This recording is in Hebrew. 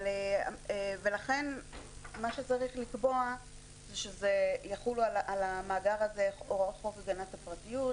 ולכן צריך לקבוע שיחולו על המאגר הזה הוראות חוק הגנת הפרטיות,